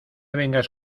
vengas